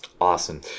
awesome